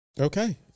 Okay